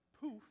poof